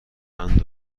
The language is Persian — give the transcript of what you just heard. قند